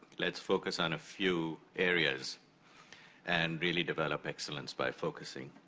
let's focus on a few areas and really develop excellence by focusing.